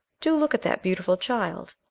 do look at that beautiful child.